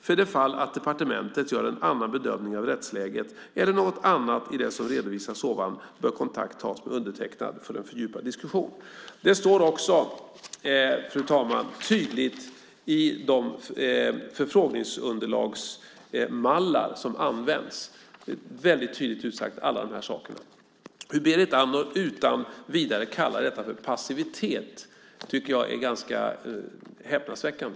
För det fall att departementet gör en annan bedömning av rättsläget eller något annat i det som redovisats ovan bör kontakt tas med "undertecknad" för en fördjupad diskussion. Detta står också, fru talman, tydligt i de förfrågningsunderlagsmallar som används. Alla de här sakerna är väldigt tydligt utsagda. Hur Berit Andnor utan vidare kan kalla det här för passivitet är, tycker jag, ganska häpnadsväckande.